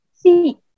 See